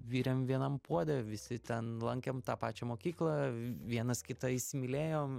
virėm vienam puode visi ten lankėm tą pačią mokyklą vienas kitą įsimylėjom